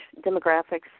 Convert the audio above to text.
demographics